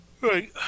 Right